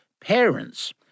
parents